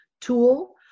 tool